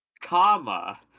comma